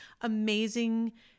amazing